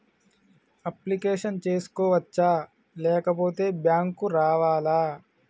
Application చేసుకోవచ్చా లేకపోతే bank రావాలా?